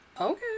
Okay